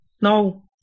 no